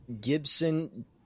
Gibson